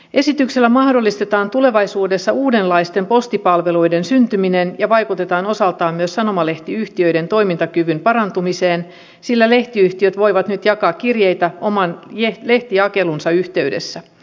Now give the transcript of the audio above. esityksellä mahdollistetaan tulevaisuudessa uudenlaisten postipalveluiden syntyminen ja vaikutetaan osaltaan myös sanomalehtiyhtiöiden toimintakyvyn parantumiseen sillä lehtiyhtiöt voivat nyt jakaa kirjeitä oman lehtijakelunsa yhteydessä